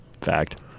Fact